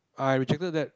I rejected that